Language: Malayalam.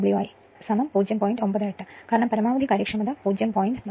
98 കാരണം പരമാവധി കാര്യക്ഷമത 0